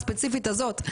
הספציפית הזאת,